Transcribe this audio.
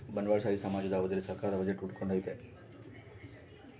ಬಂಡವಾಳಶಾಹಿ ಸಮಾಜದ ಅವಧಿಯಲ್ಲಿ ಸರ್ಕಾರದ ಬಜೆಟ್ ಹುಟ್ಟಿಕೊಂಡೈತೆ